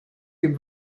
dem